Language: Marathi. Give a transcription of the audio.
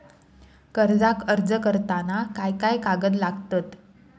कर्जाक अर्ज करताना काय काय कागद लागतत?